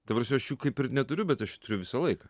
ta prasme aš jų kaip ir neturiu bet aš jų turiu visą laiką